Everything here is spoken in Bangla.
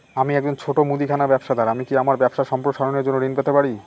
আমি একজন ছোট মুদিখানা ব্যবসাদার আমি কি আমার ব্যবসা সম্প্রসারণের জন্য ঋণ পেতে পারি?